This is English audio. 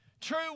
True